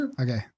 Okay